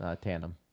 tandem